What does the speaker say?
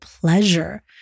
pleasure